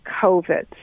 COVID